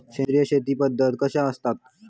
सेंद्रिय शेती पद्धत कशी असता?